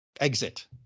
exit